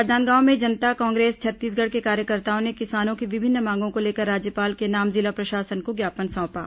राजनांदगांव में जनता कांग्रेस छत्तीसगढ़ के कार्यकर्ताओं ने किसानों की विभिन्न मांगों को लेकर राज्यपाल के नाम जिला प्रशासन को ज्ञापन सौंपा